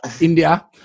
India